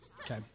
Okay